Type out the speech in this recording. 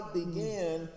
began